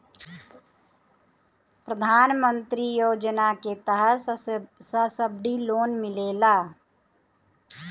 प्रधान मंत्री योजना के तहत सब्सिडी लोन मिलेला